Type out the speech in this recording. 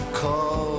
call